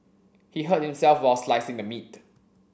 he hurt himself while slicing the meat